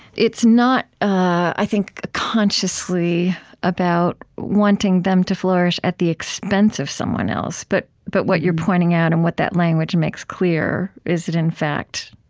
it's not, i think, consciously about wanting them to flourish at the expense of someone else. but but what you're pointing out and what that language makes clear is that in fact,